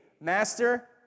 Master